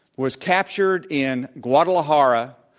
was captured in guadalajara,